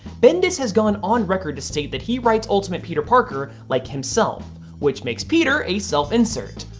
bendis has gone on record to state that he writes ultimate peter peter like himself which makes peter a self insert.